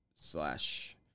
slash